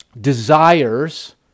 desires